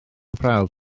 prawf